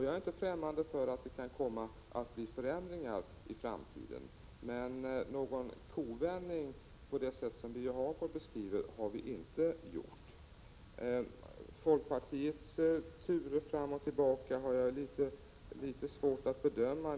Jag är inte främmande för att det kan komma att bli förändringar i framtiden, men någon kovändning på det sätt som Birger Hagård beskriver har vi inte gjort. Folkpartiets turer fram och tillbaka har jag litet svårt att bedöma.